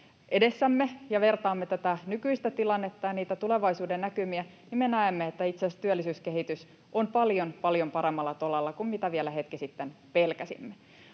edessämme, ja vertaamme tätä nykyistä tilannetta ja tulevaisuudennäkymiä, me näemme, että itse asiassa työllisyyskehitys on paljon, paljon paremmalla tolalla kuin mitä vielä hetki sitten pelkäsimme.